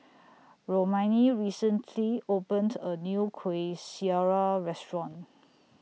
Romaine recently opened A New Kuih Syara Restaurant